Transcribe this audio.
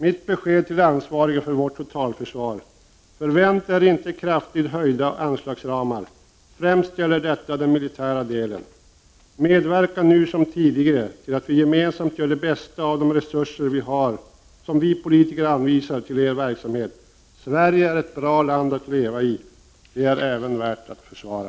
Mitt besked till ansvariga för vårt totalförsvar är: Vänta er inte kraftigt höjda anslagsramar. Främst gäller detta den militära delen. Medverka nu som tidigare till att vi gemensamt gör det bästa av de resurser som vi politiker anvisar till er verksamhet. Sverige är ett bra land att leva i: det är även värt att försvara.